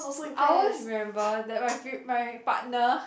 I always remember that my pre~ my partner